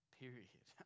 period